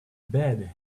bed